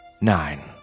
Nine